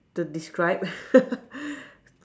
to describe